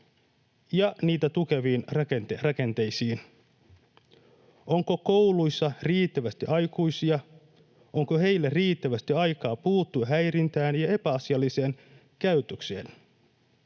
ja niitä tukeviin rakenteisiin: Onko kouluissa riittävästi aikuisia? Onko heillä riittävästi aikaa puuttua häirintään ja epäasialliseen käytökseen